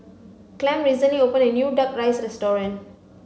Clem recently opened a new duck rice restaurant